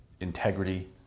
integrity